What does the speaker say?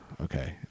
Okay